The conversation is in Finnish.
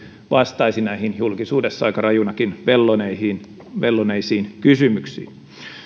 vastaisi näihin julkisuudessa aika rajunakin velloneisiin velloneisiin kysymyksiin